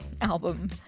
album